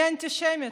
אני אנטישמית.